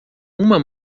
uma